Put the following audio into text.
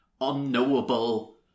unknowable